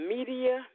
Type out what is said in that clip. Media